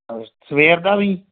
ਅ ਸਵੇਰ ਦਾ ਵੀ